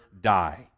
die